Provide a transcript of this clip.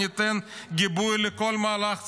ניתן גיבוי לכל מהלך צבאי,